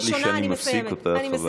צר לי שאני מפסיק אותך,